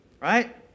Right